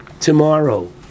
tomorrow